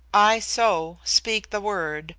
i so, speak the word,